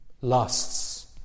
lusts